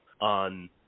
on